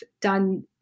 done